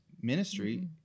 ministry